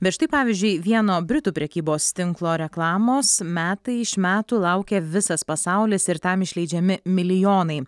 bet štai pavyzdžiui vieno britų prekybos tinklo reklamos metai iš metų laukia visas pasaulis ir tam išleidžiami milijonai